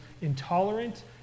intolerant